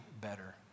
better